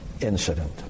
incident